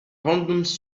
condoms